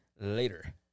later